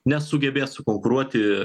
nesugebės sukonkuruoti